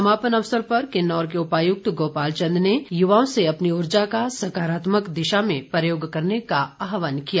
समापन अवसर पर किन्नौर के उपायुक्त गोपाल चंद युवाओं से अपनी उर्जा का सकारात्मक दिशा में प्रयोग करने का आहवानकिया